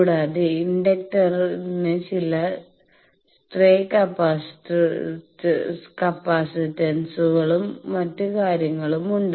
കൂടാതെ ഇൻഡക്ടറിന് ചില സ്ട്രേ കപ്പാസിറ്റൻസുകളും മറ്റ് കാര്യങ്ങളും ഉണ്ട്